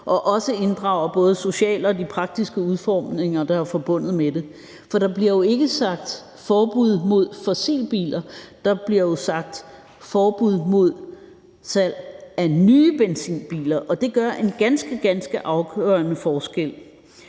og også inddrager både de sociale og de praktiske udformninger, der er forbundet med det. For der bliver jo ikke sagt forbud mod fossilbiler; der bliver sagt forbud mod salg af nye benzinbiler. Og det gør en ganske, ganske afgørende forskel.